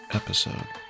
episode